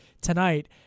tonight